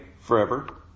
forever